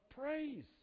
praise